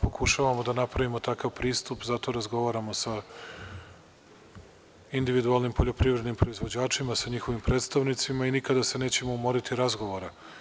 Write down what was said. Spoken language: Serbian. Pokušavamo da napravimo takav pristup, zato razgovaramo sa individualnim poljoprivrednim proizvođačima, sa njihovim predstavnicima i nikada se nećemo umoriti od razgovora.